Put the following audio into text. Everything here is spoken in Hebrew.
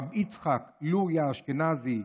רבי יצחק לוריא אשכנזי,